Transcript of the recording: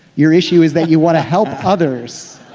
your issue is that you want to help others